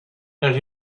and